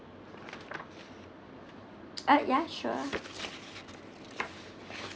uh ya sure